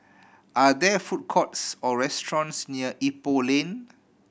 are there food courts or restaurants near Ipoh Lane